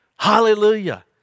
Hallelujah